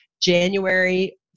January